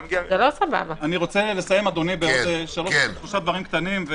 אדוני, אני רוצה לסיים בשלושה דברים קטנים.